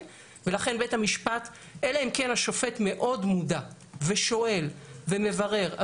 ולכן אלא אם כן השופט מאוד מודע ושואל ומברר,